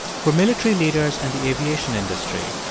for military leaders and the aviation industry,